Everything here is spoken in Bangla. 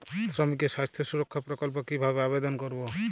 শ্রমিকের স্বাস্থ্য সুরক্ষা প্রকল্প কিভাবে আবেদন করবো?